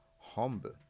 humble